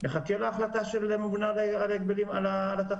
נחכה להחלטה של הממונה על התחרות.